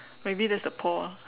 maybe that's the paw ah